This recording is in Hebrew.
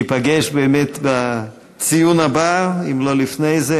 ניפגש בציון הבא, אם לא לפני זה.